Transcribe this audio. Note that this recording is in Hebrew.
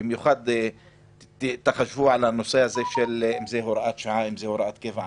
במיוחד תחשבו על הנושא של הוראת שעה לעומת הוראת קבע.